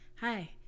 hi